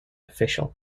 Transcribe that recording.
official